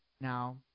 now